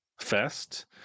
Fest